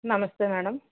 నమస్తే మేడమ్